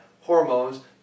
hormones